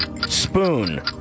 Spoon